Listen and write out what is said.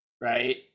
Right